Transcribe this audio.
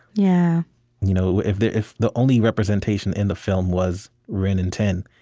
yeah you know if the if the only representation in the film was rin and tin,